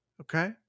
Okay